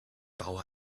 baue